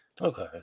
Okay